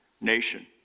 nation